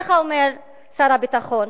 כך אומר שר הביטחון,